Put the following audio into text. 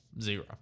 Zero